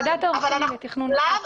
ועדת העורכים --- אני אסיים,